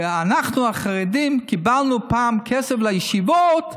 כשאנחנו החרדים קיבלנו פעם כסף לישיבות,